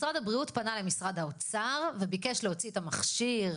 משרד הבריאות פנה למשרד האוצר וביקש להוציא את המכשיר